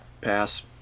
Pass